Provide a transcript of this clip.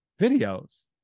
videos